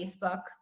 Facebook